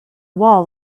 wall